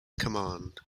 command